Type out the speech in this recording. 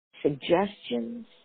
suggestions